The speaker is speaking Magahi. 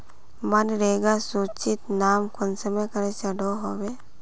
मनरेगा सूचित नाम कुंसम करे चढ़ो होबे?